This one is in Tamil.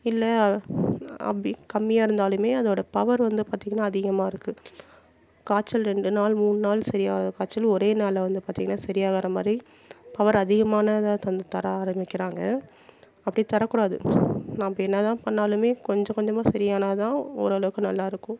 இல்லை அப்டி கம்மியாக இருந்தாலுமே அதோடய பவர் வந்து பார்த்திங்கினா அதிகமாக இருக்குது காய்ச்சல் ரெண்டு நாள் மூணு நாள் சரியாகாத காய்ச்சல் ஒரே நாளில வந்து பார்த்திங்கினா சரியாகிற மாதிரி பவர் அதிகமானதாக த தர ஆரம்பிக்கிறாங்க அப்படி தர கூடாது நாம்ம என்ன தான் பண்ணாலுமே கொஞ்ச கொஞ்சமாக சரியானால்தான் ஒரு அளவுக்கு நல்லா இருக்கும்